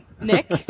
Nick